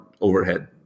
overhead